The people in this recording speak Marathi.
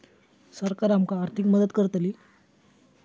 सरकार आमका आर्थिक मदत करतली?